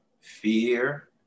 fear